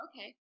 Okay